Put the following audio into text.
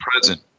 present